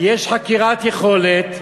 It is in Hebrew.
יש חקירת יכולת.